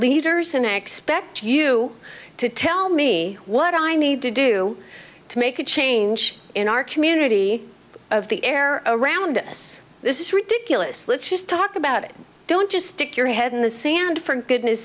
leaders in expect you to tell me what i need to do to make a change in our community of the air around us this is ridiculous let's just talk about it don't just stick your head in the sand for goodness